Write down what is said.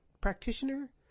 practitioner